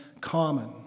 common